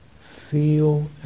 feel